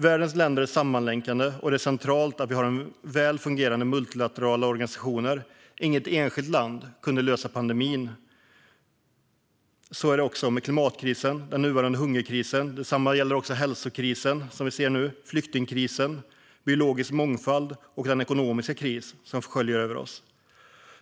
Världens länder är sammanlänkade, och det är centralt att vi har väl fungerande multilaterala organisationer. Inget enskilt land kunde lösa pandemin, och så är det även med klimatkrisen och den nuvarande hungerkrisen. Detsamma gäller den hälsokris vi ser nu, liksom flyktingkrisen, krisen för biologisk mångfald och den ekonomiska kris som sköljer över oss.